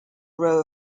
row